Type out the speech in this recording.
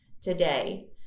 today